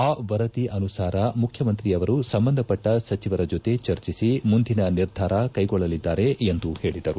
ಆ ವರದಿ ಅನುಸಾರ ಮುಖ್ಯಮಂತ್ರಿಯವರು ಸಂಬಂಧಪಟ್ಟ ಸಚಿವರ ಜೊತೆ ಚರ್ಚಿಸಿ ಮುಂದಿನ ನಿರ್ಧಾರ ಕೈಗೊಳ್ಳಲಿದ್ದಾರೆ ಎಂದು ಹೇಳಿದರು